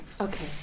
Okay